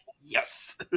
yes